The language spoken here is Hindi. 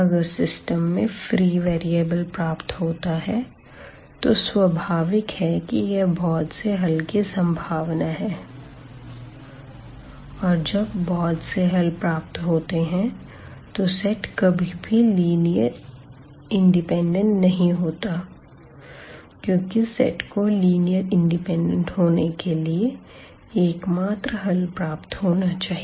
अगर सिस्टम में फ्री वेरिएबल प्राप्त होता है तो स्वाभाविक है कि यह बहुत से हल की संभावना है और जब बहुत से हल प्राप्त होते हैं तो सेट कभी भी लिनीअर इंडिपेंडेंट नहीं होता क्योंकि सेट को लीनियर इंडिपेंडेंट होने के लिए एकमात्र हल प्राप्त होना चाहिए